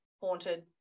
haunted